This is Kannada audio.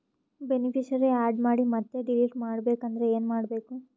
ಬೆನಿಫಿಶರೀ, ಆ್ಯಡ್ ಮಾಡಿ ಮತ್ತೆ ಡಿಲೀಟ್ ಮಾಡಬೇಕೆಂದರೆ ಏನ್ ಮಾಡಬೇಕು?